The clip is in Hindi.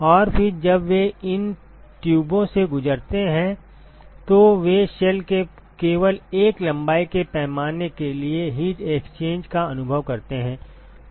और फिर जब वे इन ट्यूबों से गुजरते हैं तो वे शेल के केवल एक लंबाई के पैमाने के लिए हीट एक्सचेंज का अनुभव करते हैं